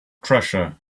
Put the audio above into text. treasure